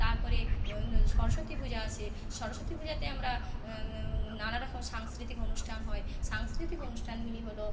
তারপরে সরস্বতী পূজা আছে সরস্বতী পূজাতে আমরা নানা রকম সাংস্কৃতিক অনুষ্ঠান হয় সাংস্কৃতিক অনুষ্ঠানগুলি হল